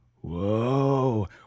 Whoa